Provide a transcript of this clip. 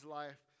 life